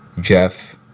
Jeff